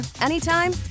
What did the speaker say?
anytime